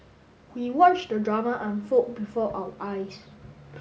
we watched the drama unfold before our eyes